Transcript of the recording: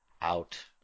out